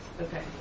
Okay